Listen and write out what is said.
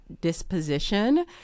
disposition